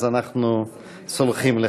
אנחנו סולחים לך.